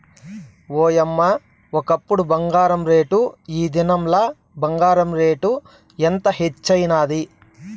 ఓయమ్మ, ఒకప్పుడు బంగారు రేటు, ఈ దినంల బంగారు రేటు ఎంత హెచ్చైనాది